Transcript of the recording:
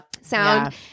Sound